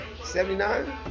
79